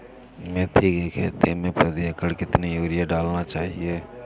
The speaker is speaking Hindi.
मेथी के खेती में प्रति एकड़ कितनी यूरिया डालना चाहिए?